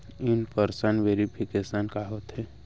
In person verification का होथे?